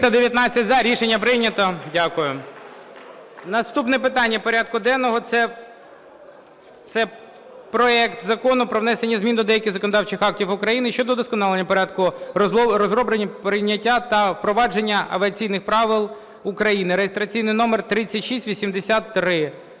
За-319 Рішення прийнято. Дякую. Наступне питання порядку денного – це проект Закону про внесення змін до деяких законодавчих актів України щодо удосконалення порядку розроблення, прийняття та впровадження авіаційних правил України (реєстраційний номер 3683).